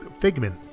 Figment